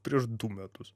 prieš du metus